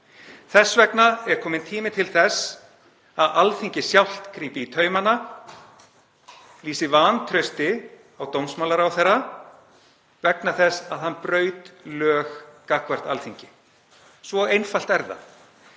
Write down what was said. Þess vegna er kominn tími til þess að Alþingi sjálft grípi í taumana og lýsi vantrausti á dómsmálaráðherra vegna þess að hann braut lög gagnvart Alþingi. Svo einfalt er það.